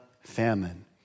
famine